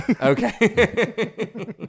Okay